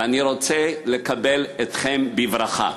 ואני רוצה לקבל אתכם בברכה.